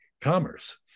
commerce